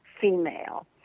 female